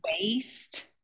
waste